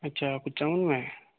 अच्छा पंचानबे में